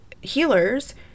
healers